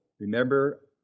Remember